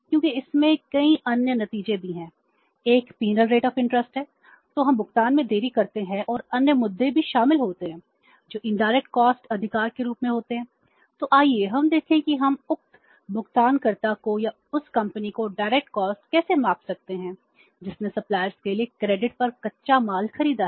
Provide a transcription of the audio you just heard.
क्योंकि इसमें कई अन्य नतीजे भी हैं 1 पीनल रेट ऑफ इंटरेस्ट के लिए क्रेडिट पर कच्चा माल खरीदा है